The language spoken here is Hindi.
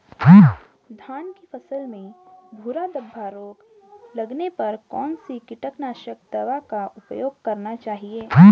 धान की फसल में भूरा धब्बा रोग लगने पर कौन सी कीटनाशक दवा का उपयोग करना चाहिए?